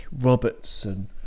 Robertson